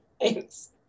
Thanks